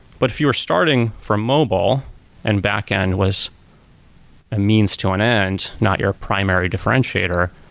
but if you were starting from mobile and backend was a means to an end, not your primary differentiator,